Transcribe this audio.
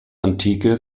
antike